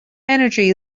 energy